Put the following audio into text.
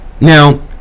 now